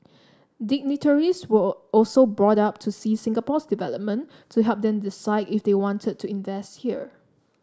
dignitaries were also brought up to see Singapore's development to help them decide if they wanted to invest here